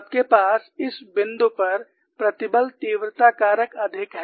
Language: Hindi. आपके पास इस बिंदु पर प्रतिबल तीव्रता कारक अधिक है